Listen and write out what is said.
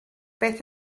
beth